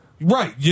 Right